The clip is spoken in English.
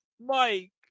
Mike